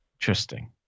interesting